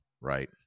right